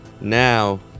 Now